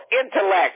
intellect